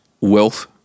wealth